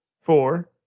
four